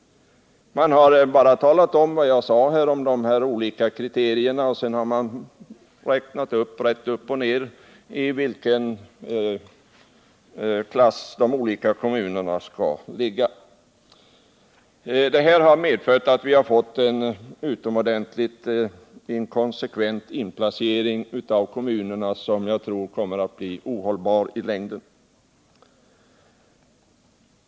Man har, som jag sade, bara talat om de här olika kriterierna, och sedan har man räknat upp i vilken klass de olika kommunerna skall ligga. Detta har medfört att vi fått en utomordentligt inkonsekvent inplacering av kommunerna som jag tror blir ohållbar i framtiden.